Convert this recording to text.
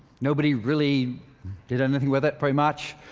nobody really did anything with it, pretty much.